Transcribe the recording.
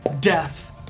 death